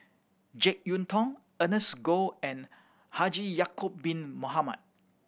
Jek Yeun Thong Ernest Goh and Haji Ya'acob Bin Mohamed